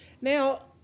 Now